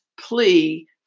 plea